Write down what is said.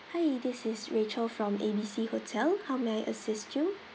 hi this is rachel from A B C hotel how may I assist you